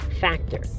factor